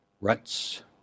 ruts